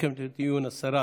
תסכם את הדיון השרה